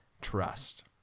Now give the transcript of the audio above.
trust